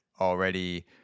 already